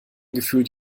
gefühlt